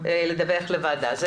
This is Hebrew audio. אפשר להוסיף את זה.